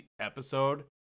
episode